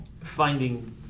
finding